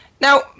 Now